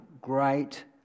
great